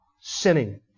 sinning